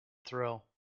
thrill